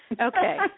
Okay